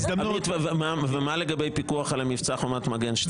עמית, מה לגבי פיקוח על המבצע חומת מגן 2?